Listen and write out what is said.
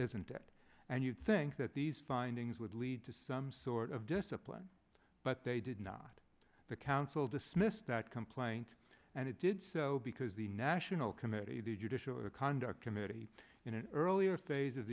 isn't it and you'd think that these findings would lead to some sort of discipline but they did not the council dismissed that complaint and it did so because the national committee the judicial conduct committee in an earlier phase of